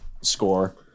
score